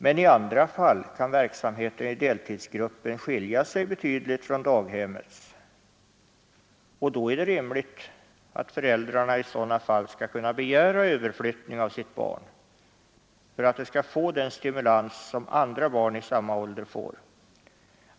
Men i andra fall kan verksamheten i deltidsgruppen skilja sig betydligt från daghemmets, och då är det rimligt att föräldrarna i sådana fall skall kunna begära överflyttning av sitt barn för att det skall få den stimulans som andra barn i samma ålder får.